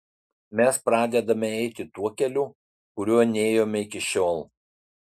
mes pradedame eiti tuo keliu kuriuo nėjome iki šiol